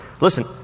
Listen